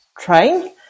train